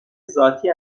ذاتی